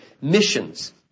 Missions